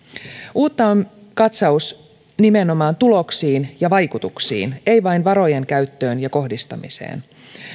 uutta on katsaus nimenomaan tuloksiin ja vaikutuksiin ei vain varojen käyttöön ja kohdistamiseen